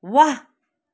वाह